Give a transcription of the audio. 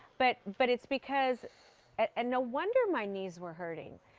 but but it's because and no wonder my knees were hurting.